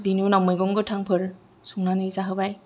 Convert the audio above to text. बेनि उनाव मैगं गोथांफोर संनानै जाहोबाय